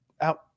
out